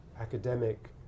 academic